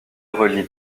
relie